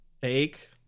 fake